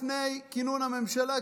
לפני כינון הממשלה,